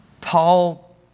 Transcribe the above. Paul